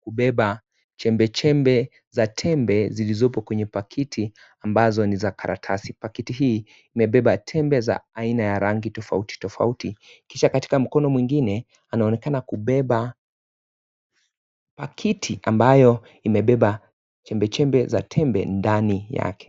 kubeba chembechembe za tembe, zilizopo kwenye pakiti ambazo ni za karatasi. Pakiti hii imebeba tembe za aina ya rangi tofauti tofauti. Kisha katika mkono mwingine, anaonekana kubeba pakiti ambayo imebeba chembechembe za tembe ndani yake.